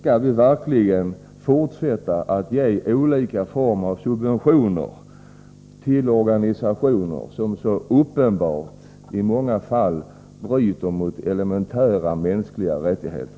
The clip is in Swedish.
Kan vi verkligen fortsätta att ge olika former av subventioner för en organisation som uppenbarligen i många fall bryter mot elementära mänskliga rättigheter?